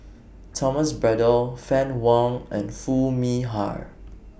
Thomas Braddell Fann Wong and Foo Mee Har